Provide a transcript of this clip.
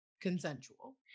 consensual